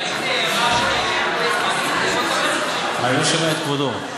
אם זה יארך הרבה זמן, אז, אני לא שומע את כבודו.